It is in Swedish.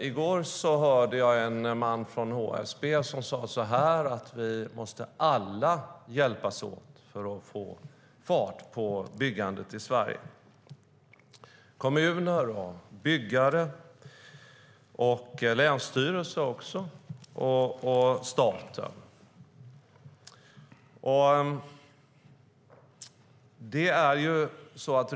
I går hörde jag en man från HSB som sade att alla måste hjälpas åt för att man ska få fart på byggandet i Sverige. Kommuner, byggare, länsstyrelser och staten måste hjälpas åt.